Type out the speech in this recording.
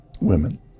women